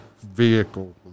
vehicle